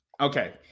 Okay